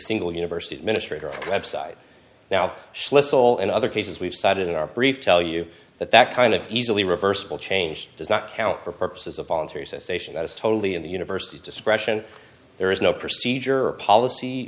single university administrators website now schlitz all and other cases we've cited in our brief tell you that that kind of easily reversible change does not count for purposes of voluntary cessation that is totally in the universities discretion there is no procedure or policy